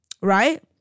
right